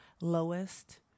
lowest